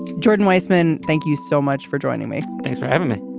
jordan weisman thank you so much for joining me. thanks for having me.